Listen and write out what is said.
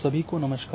सभी को नमस्कार